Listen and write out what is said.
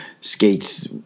skates